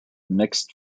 mixed